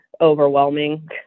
overwhelming